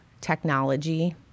technology